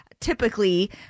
typically